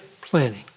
planning